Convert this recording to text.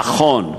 נכון,